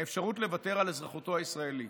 האפשרות לוותר על אזרחותו הישראלית.